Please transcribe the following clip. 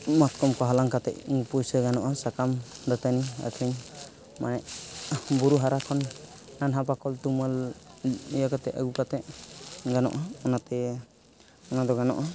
ᱢᱟᱛᱠᱚᱢᱠᱚ ᱦᱟᱞᱟᱝ ᱠᱟᱛᱮᱫ ᱯᱩᱭᱥᱟᱹ ᱜᱟᱱᱚᱜᱼᱟ ᱥᱟᱠᱟᱢ ᱫᱟᱹᱛᱟᱹᱱᱤ ᱟᱹᱠᱷᱟᱨᱤᱧ ᱢᱟᱱᱮ ᱵᱩᱨᱩᱦᱟᱨᱟ ᱠᱷᱚᱱ ᱱᱚᱣᱟᱼᱦᱟᱱᱟ ᱵᱟᱠᱚᱞ ᱛᱩᱢᱟᱹᱞ ᱤᱭᱟᱹ ᱠᱟᱛᱮᱫ ᱟᱹᱜᱩ ᱠᱟᱛᱮᱫ ᱜᱟᱱᱚᱜᱼᱟ ᱚᱱᱟᱛᱮ ᱚᱱᱟ ᱫᱚ ᱜᱟᱱᱚᱜᱼᱟ